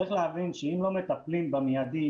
צריך להבין שאם לא מטפלים באנשים שחווים טראומה באופן מיידי,